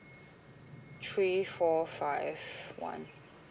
three four five one